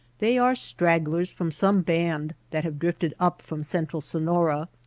they are stragglers from some band that have drifted up from cen tral sonora.